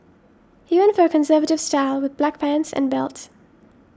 he went for a conservative style with black pants and belt